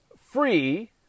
free